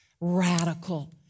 radical